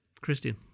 Christian